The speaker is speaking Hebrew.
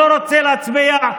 בבקשה.